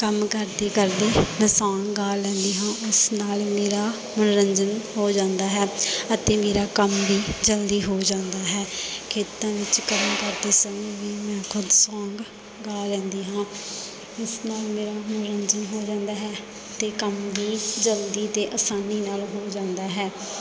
ਕੰਮ ਕਰਦੀ ਕਰਦੀ ਮੈਂ ਸੋਂਗ ਗਾ ਲੈਂਦੀ ਹਾਂ ਇਸ ਨਾਲ ਮੇਰਾ ਮਨੋਰੰਜਨ ਹੋ ਜਾਂਦਾ ਹੈ ਅਤੇ ਮੇਰਾ ਕੰਮ ਵੀ ਜਲਦੀ ਹੋ ਜਾਂਦਾ ਹੈ ਖੇਤਾਂ ਵਿੱਚ ਕੰਮ ਕਰਦੇ ਸਮੇਂ ਵੀ ਮੈਂ ਖੁਦ ਸੋਂਗ ਗਾ ਲੈਂਦੀ ਹਾਂ ਇਸ ਨਾਲ ਮੇਰਾ ਮਨੋਰੰਜਨ ਹੋ ਜਾਂਦਾ ਹੈ ਅਤੇ ਕੰਮ ਵੀ ਜਲਦੀ ਅਤੇ ਅਸਾਨੀ ਨਾਲ ਹੋ ਜਾਂਦਾ ਹੈ